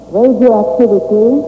radioactivity